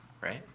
right